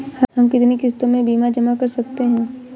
हम कितनी किश्तों में बीमा जमा कर सकते हैं?